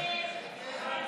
ההסתייגות (12)